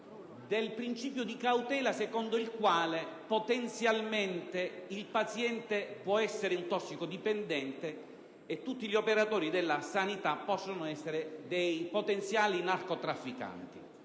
del principio di cautela, secondo il quale potenzialmente il paziente può essere un tossicodipendente e tutti gli operatori della sanità possono essere dei potenziali narcotrafficanti.